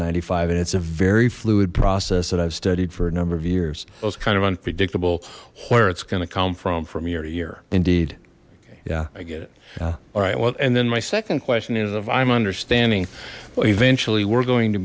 ninety five and it's a very fluid process that i've studied for a number of years those kind of unpredictable where it's gonna come from from year to year indeed yeah all right well and then my second question is if i'm understanding eventually we're going to